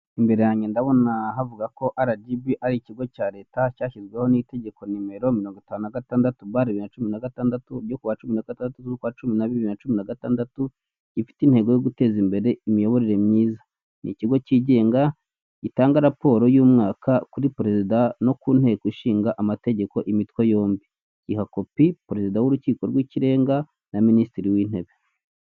Imbere yanjye ndabona havuga ko RGB ari ikigo cya leta cyashyizweho n'itegeko nimero mirongo itanu na gatandatu bari bibiri na cumi na gatandatu ryo kuwa cumi na gatandatu z'ukwa cumi na bibiri, bibiri na cumi na gatandatu, gifite intego yo guteza imbere imiyoborere myiza. ni ikigo cyigenga gitanga raporo y'umwaka kuri perezida no kunteko ishinga amategeko imitwe yombi, iha kopi perezida w'urukiko rw'ikirenga na minisitiri w'intebe.